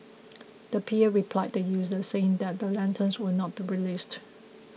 the P A replied the users saying that the lanterns would not be released